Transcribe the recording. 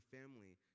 family